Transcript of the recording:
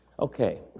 Okay